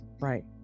Right